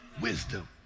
wisdom